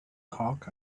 cock